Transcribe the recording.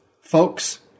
Folks